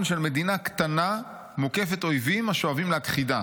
של מדינה קטנה מוקפת אויבים השואפים להכחידה.